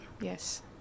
Yes